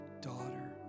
daughter